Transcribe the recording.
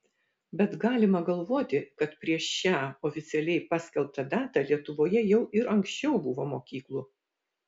bet galima galvoti kad prieš šią oficialiai paskelbtą datą lietuvoje jau ir anksčiau buvo mokyklų